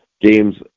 games